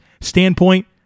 standpoint